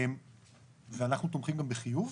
ואנחנו תומכים גם בחיוב.